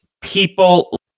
people